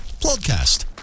podcast